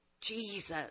Jesus